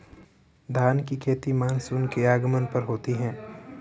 धान की खेती मानसून के आगमन पर होती है